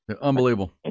unbelievable